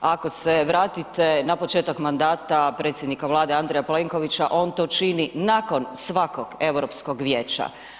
Ako se vratite na početak mandata predsjednika Vlade Andreja Plenkovića, on to čini nakon svakog europskog Vijeća.